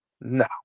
No